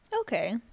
Okay